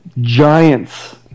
giants